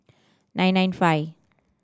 nine nine five